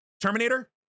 Terminator